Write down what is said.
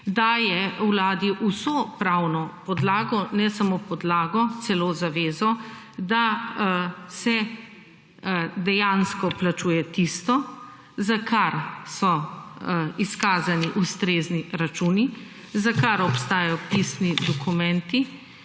daje Vladi vso pravno podlago ne samo podlago celo zavezo, da se dejansko plačuje tisto, za kar so izkazani ustrezni računi, za kar obstajajo pisni dokumenti